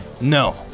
No